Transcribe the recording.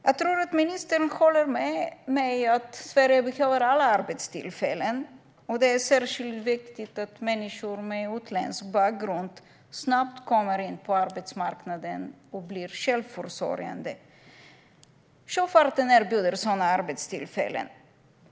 Jag tror att ministern håller med mig om att Sverige behöver alla arbetstillfällen. Det är särskilt viktigt att människor med utländsk bakgrund snabbt kommer in på arbetsmarknaden och blir självförsörjande. Sjöfarten erbjuder sådana arbetstillfällen.